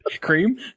Cream